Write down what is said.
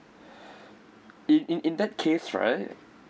in in in that case right